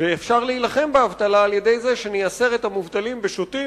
ואפשר להילחם באבטלה על-ידי זה שנייסר את המובטלים בשוטים,